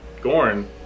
Gorn